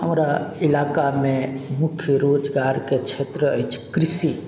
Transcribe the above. हमरा इलाकामे मुख्य रोजगारके क्षेत्र अछि कृषि